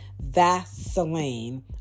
Vaseline